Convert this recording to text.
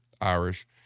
Irish